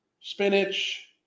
spinach